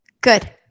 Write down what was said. Good